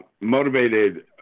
motivated